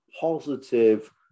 positive